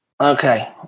Okay